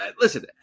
Listen